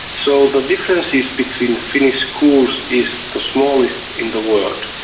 so the differences between finnish schools is the smallest in the world.